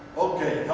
ok.